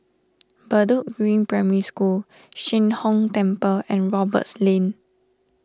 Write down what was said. Bedok Green Primary School Sheng Hong Temple and Roberts Lane